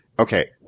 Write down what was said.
Okay